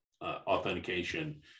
authentication